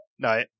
No